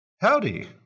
Howdy